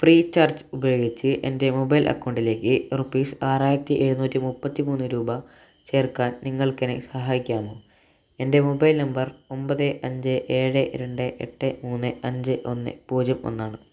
Freecharge ഉപയോഗിച്ച് എൻ്റെ mobile അക്കൌണ്ടിലേക്ക് റുപ്പീസ് ആറായിരത്തി എഴുന്നൂറ്റി മുപ്പത്തിമൂന്ന് രൂപ ചേർക്കാൻ നിങ്ങൾക്കെന്നെ സഹായിക്കാമോ എൻ്റെ മൊബൈൽ നമ്പർ ഒമ്പത് അഞ്ച് ഏഴ് രണ്ട് എട്ട് മൂന്ന് അഞ്ച് ഒന്ന് പൂജ്യം ഒന്നാണ്